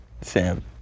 Sam